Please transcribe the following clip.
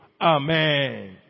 Amen